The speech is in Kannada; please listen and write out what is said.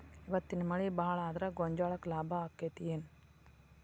ಇವತ್ತಿನ ಮಳಿ ಭಾಳ ಆದರ ಗೊಂಜಾಳಕ್ಕ ಲಾಭ ಆಕ್ಕೆತಿ ಏನ್?